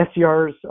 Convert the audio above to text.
SCRs